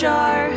Jar